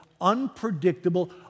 unpredictable